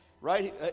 right